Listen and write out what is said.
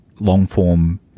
long-form